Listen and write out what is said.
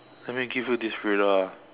let me give you this riddle ah